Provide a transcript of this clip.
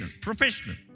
Professional